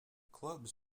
clubs